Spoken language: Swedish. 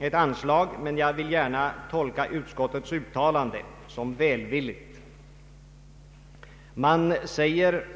ett anslagsäskande, men jag vill gärna tolka utskottets utlåtande som välvilligt. Utskottet säger